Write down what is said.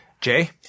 Jay